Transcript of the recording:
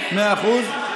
מאה אחוז.